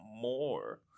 more